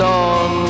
on